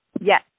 Yes